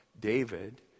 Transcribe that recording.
David